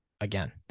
again